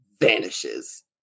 vanishes